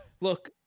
Look